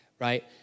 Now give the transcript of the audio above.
right